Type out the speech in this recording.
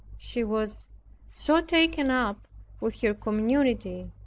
she was so taken up with her community,